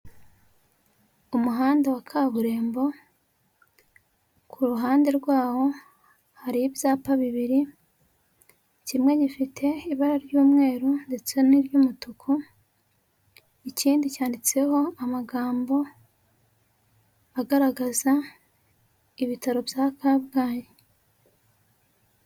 Umuhanda wa kaburembo ku ruhande rwawo hari ibyapa bibiri, kimwe gifite ibara ry'umweru ndetse n'iry'umutuku, ikindi cyanditseho amagambo agaragaza ibitaro bya Kabgayi.